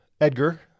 Edgar